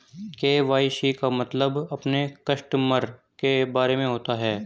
KYC का मतलब अपने कस्टमर के बारे में होता है